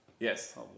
Yes